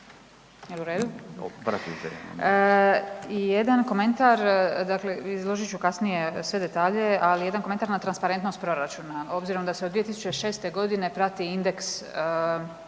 na transparentnost, dakle izložit ću kasnije sve detalje, ali jedan komentar na transparentnost proračuna. Obzirom da se od 2006. godine prati indeks